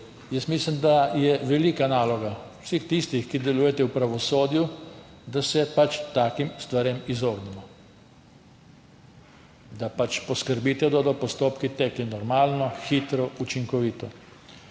Mislim, da je velika naloga vseh tistih, ki delujete v pravosodju, da se takim stvarem izognemo, da poskrbite, da bodo postopki tekli normalno, hitro, učinkovito.